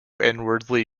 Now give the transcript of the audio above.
inwardly